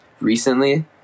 recently